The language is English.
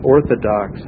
Orthodox